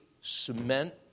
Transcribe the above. cement